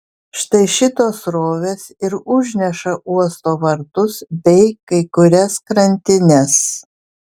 štai šitos srovės ir užneša uosto vartus bei kai kurias krantines